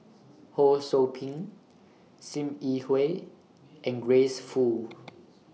Ho SOU Ping SIM Yi Hui and Grace Fu